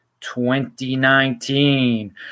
2019